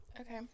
Okay